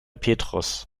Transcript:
petrus